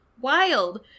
wild